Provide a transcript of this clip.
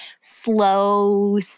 slow